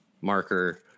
marker